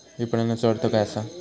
विपणनचो अर्थ काय असा?